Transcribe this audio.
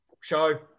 show